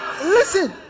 listen